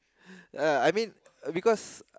uh I mean because